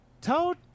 Toad